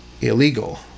illegal